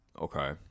Okay